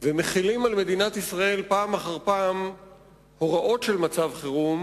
ומחילים על מדינת ישראל פעם אחר פעם הוראות של מצב חירום